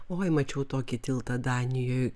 oi mačiau tokį tiltą danijoj